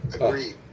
agreed